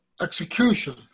execution